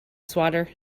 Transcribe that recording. swatter